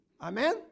Amen